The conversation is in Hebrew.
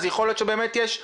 יכול להיות שבאמת יש הגיון.